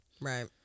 Right